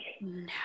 No